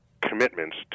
commitments